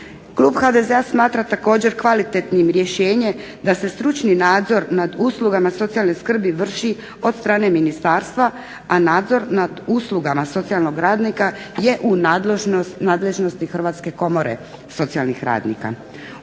Klub HDZ-a smatra također kvalitetnim rješenje da se stručni nadzor nad uslugama socijalne skrbi vrši od strane ministarstva, a nadzor nad uslugama socijalnog radnika je u nadležnosti Hrvatske komore socijalnih radnika.